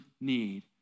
need